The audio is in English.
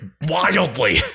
wildly